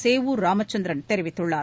சேவூர் ராமச்சந்திரன் தெரிவித்துள்ளார்